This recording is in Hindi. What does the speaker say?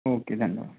ओके धन्यवाद